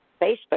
Facebook